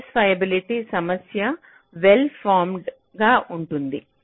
satisfiability సమస్య well formed గా ఉంటుంది